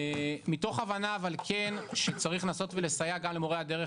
מתוך הבנה אבל כן שצריך לנסות ולסייע גם למורי הדרך